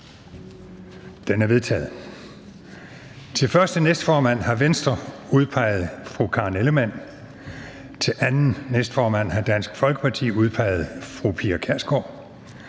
(Bertel Haarder): Til første næstformand har Venstres gruppe udpeget fru Karen Ellemann. Til anden næstformand har Dansk Folkepartis gruppe udpeget fru Pia Kjærsgaard.